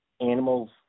animals